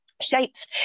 shapes